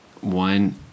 one